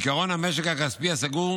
עקרון המשק הכספי הסגור